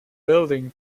building